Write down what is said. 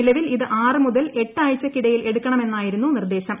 നിലവിൽ ഇത് ആറ് മുതൽ എട്ട് ആഴ്ചയ്ക്കിടയിൽ എടുക്കണമെന്നായിരുന്നു നിർദേശം